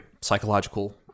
psychological